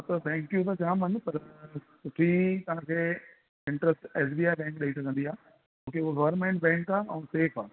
हां त बैंकू त जामु आहिनि पर सुठी तव्हांखे interest S B I bank ॾेई सघंदी आहे छो कि उहा गवर्मेंट बैंक आहे ऐं सेफ आहे